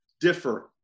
differ